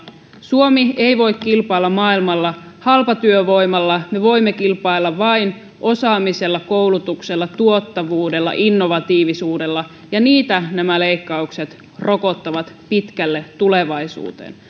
suomi ei voi kilpailla maailmalla halpatyövoimalla me voimme kilpailla vain osaamisella koulutuksella tuottavuudella innovatiivisuudella ja niitä nämä leikkaukset rokottavat pitkälle tulevaisuuteen